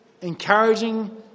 encouraging